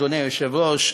אדוני היושב-ראש,